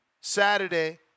Saturday